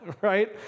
right